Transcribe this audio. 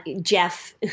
Jeff